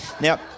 Now